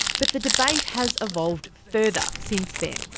but the debate has evolved further since then.